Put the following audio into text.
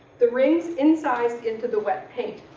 the rings incised into the wet paint.